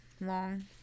Long